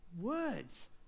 Words